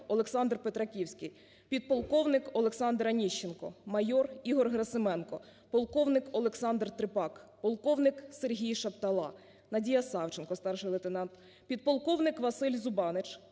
Олександр Петраківський, підполковник Олександр Аніщенко, майор Ігор Герасименко, полковник Олександр Трепак, полковник Сергій Шаптала, Надія Савченко (старший лейтенант), підполковник Василь Зубанич,